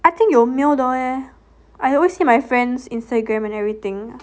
I think 有 meal 的 leh I always see my friend's Instagram and everything